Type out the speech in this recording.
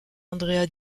andrea